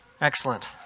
Excellent